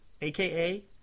aka